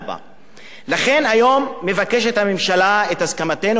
לכן היום מבקשת הממשלה את הסכמתנו לחוק צמצום